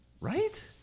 Right